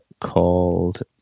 called